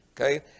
Okay